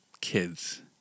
kids